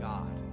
God